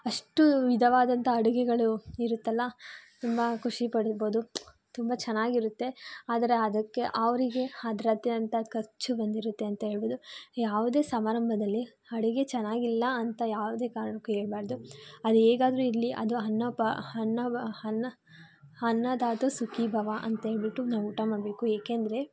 ಅಷ್ಟು ವಿಧವಾದಂತಹ ಅಡುಗೆಗಳು ಇರುತ್ತಲ್ಲ ತುಂಬ ಖುಷಿ ಪಡೀಬೋದು ತುಂಬ ಚೆನ್ನಾಗಿರುತ್ತೆ ಆದರೆ ಅದಕ್ಕೆ ಅವರಿಗೆ ಅದ್ರದ್ದೇ ಅಂಥ ಖರ್ಚು ಬಂದಿರುತ್ತೆ ಅಂತ ಹೇಳ್ಬೋದು ಯಾವುದೇ ಸಮಾರಂಭದಲ್ಲಿ ಅಡುಗೆ ಚೆನ್ನಾಗಿಲ್ಲಾಂತ ಯಾವುದೇ ಕಾರಣಕ್ಕೂ ಹೇಳಬಾರ್ದು ಅದು ಹೇಗಾದರೂ ಇರಲಿ ಅದು ಅನ್ನ ಪ ಅನ್ನ ಬ ಅನ್ನ ಅನ್ನದಾತ ಸುಖೀಭವ ಅಂತ ಹೇಳಿಬಿಟ್ಟು ನಾವು ಊಟ ಮಾಡಬೇಕು ಏಕೆಂದರೆ